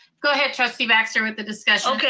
go ahead trustee baxter with the discussion. okay,